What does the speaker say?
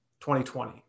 2020